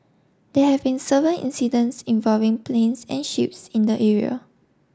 there have been seven incidents involving planes and ships in the area